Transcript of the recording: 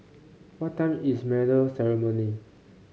what time is medal ceremony